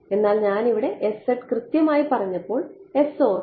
എന്നാൽ ഞാൻ ഇവിടെ കൃത്യമായി പറഞ്ഞപ്പോൾ ഓർക്കുക